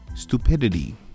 Stupidity